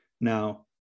now